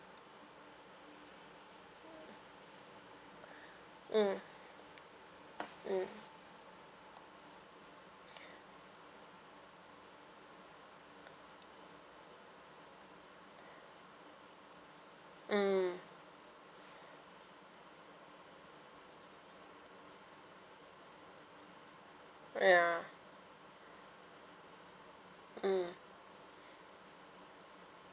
mm mm mm yeah mm